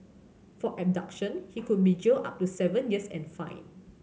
for abduction he could be jailed up to seven years and fined